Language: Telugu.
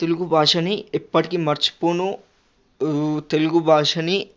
తెలుగుభాషని ఎప్పటికి మరచిపోను తెలుగుభాషని